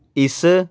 ਇਸ